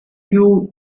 few